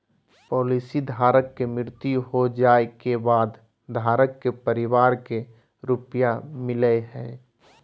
policy धारक के मृत्यु हो जाइ के बाद धारक के परिवार के रुपया मिलेय हइ